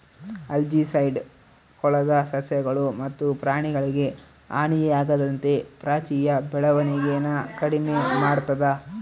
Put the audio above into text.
algicide ಕೊಳದ ಸಸ್ಯಗಳು ಮತ್ತು ಪ್ರಾಣಿಗಳಿಗೆ ಹಾನಿಯಾಗದಂತೆ ಪಾಚಿಯ ಬೆಳವಣಿಗೆನ ಕಡಿಮೆ ಮಾಡ್ತದ